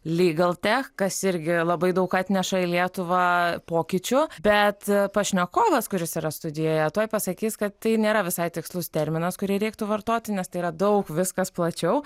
lygltech kas irgi labai daug atneša į lietuvą pokyčių bet pašnekovas kuris yra studijoje tuoj pasakys kad tai nėra visai tikslus terminas kurį reiktų vartoti nes tai yra daug viskas plačiau